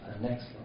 Next